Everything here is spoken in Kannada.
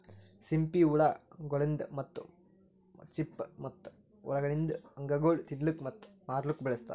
ಸಿಂಪಿ ಹುಳ ಗೊಳ್ದಾಂದ್ ಮುತ್ತು, ಚಿಪ್ಪು ಮತ್ತ ಒಳಗಿಂದ್ ಅಂಗಗೊಳ್ ತಿನ್ನಲುಕ್ ಮತ್ತ ಮಾರ್ಲೂಕ್ ಬಳಸ್ತಾರ್